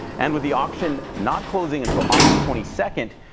and with the auction not closing until august twenty second,